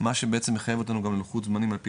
מה שבעצם מחייב אותנו גם ללוחות זמנים על פי